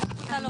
אני יוצא.